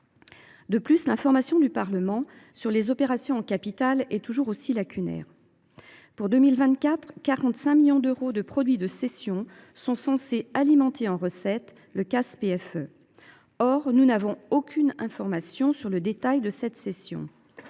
De plus, l’information du Parlement sur les opérations en capital est toujours aussi lacunaire. En 2024, 45 millions d’euros de produits de cession sont censés alimenter en recettes ce CAS. Or nous n’avons aucune information sur le détail de ces cessions.